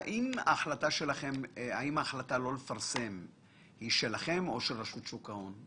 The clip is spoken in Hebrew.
ההחלטה לא לפרסם היא שלכם או של רשות שוק ההון?